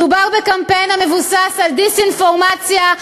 מדובר בקמפיין המבוסס על דיסאינפורמציה,